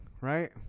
right